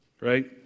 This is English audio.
right